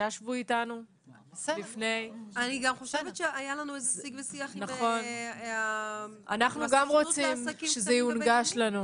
אני חושבת שהיה לנו שיג ושיח עם הסוכנות לעסקים קטנים ובינוניים.